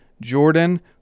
Jordan